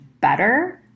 better